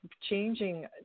changing